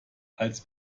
als